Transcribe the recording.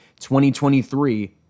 2023